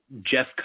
jeff